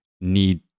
need